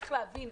צריך להבין,